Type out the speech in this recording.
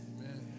Amen